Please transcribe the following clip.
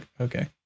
okay